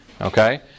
Okay